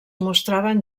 mostraven